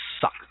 suck